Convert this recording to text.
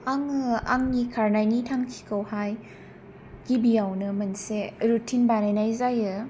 आङो आंनि खारनायनि थांखिखौहाय गिबियावनो मोनसे रुटिन बानायनाय जायो